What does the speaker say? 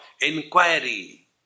inquiry